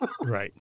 Right